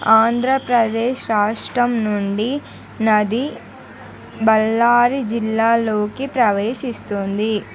ఆంధ్రప్రదేశ్ రాష్ట్రం నుండి నది బళ్ళారి జిల్లాలోకి ప్రవేశిస్తుంది